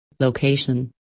Location